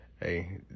hey